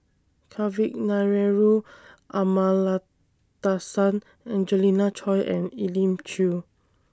Kavignareru Amallathasan Angelina Choy and Elim Chew